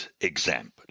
example